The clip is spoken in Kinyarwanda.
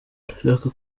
ndashaka